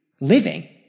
living